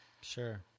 sure